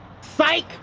Psych